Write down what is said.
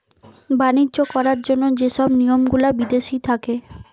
বাণিজ্য করার জন্য যে সব নিয়ম গুলা বিদেশি থাকে